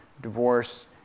divorce